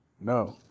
No